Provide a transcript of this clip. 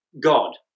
God